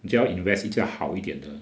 只要 invest 一架好一点的